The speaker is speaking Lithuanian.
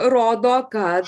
rodo ka